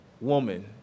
woman